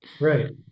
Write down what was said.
Right